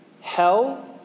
hell